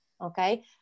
okay